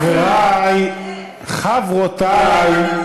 חברי, חברותי.